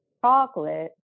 Chocolate